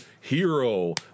hero